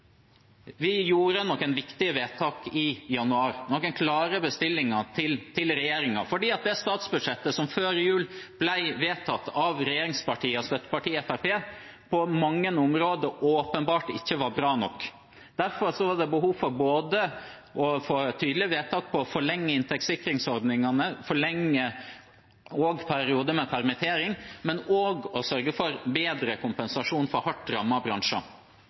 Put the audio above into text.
Vi gjorde noen viktige vedtak i januar – noen klare bestillinger til regjeringen – fordi statsbudsjettet som før jul ble vedtatt av regjeringspartiene og støttepartiet Fremskrittspartiet, på mange områder ikke var bra nok. Derfor var det behov for å få et tydelig vedtak om å forlenge inntektssikringsordningene, forlenge perioden med permittering og også sørge for bedre kompensasjoner for hardt rammede bransjer.